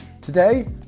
Today